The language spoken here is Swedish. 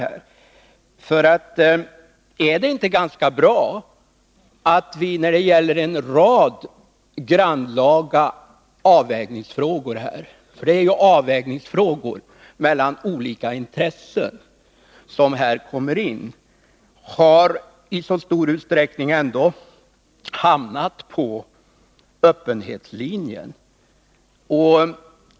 Är det inte ganska bra att vi när det gäller en rad grannlaga avvägningsfrågor — det är ju avvägningsfrågor mellan olika intressen som här kommer in —- i så stor utsträckning ändå har hamnat på öppenhetslinjen?